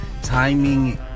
timing